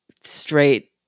straight